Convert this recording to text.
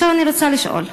אני רוצה לשאול: